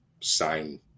sign